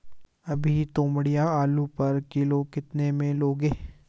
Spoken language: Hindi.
अभी तोमड़िया आलू पर किलो कितने में लोगे?